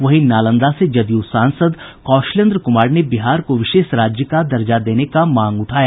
वहीं नालंदा से जदयू सांसद कौशलेन्द्र कुमार ने बिहार को विशेष राज्य का दर्जा देने का मांग उठाया